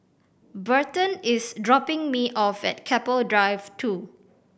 Burton is dropping me off at Keppel Drive Two